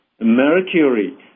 mercury